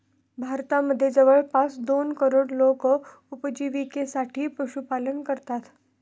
भारतामध्ये जवळपास दोन करोड लोक उपजिविकेसाठी पशुपालन करतात